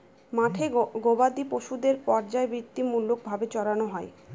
মাঠে গোবাদি পশুদের পর্যায়বৃত্তিমূলক ভাবে চড়ানো হয়